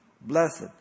blessed